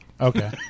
okay